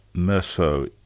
merceau,